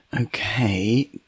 Okay